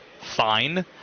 fine